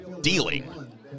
dealing